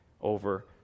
over